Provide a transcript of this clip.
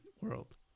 world